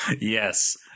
Yes